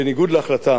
בניגוד להחלטה